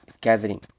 gathering